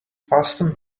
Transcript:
fasten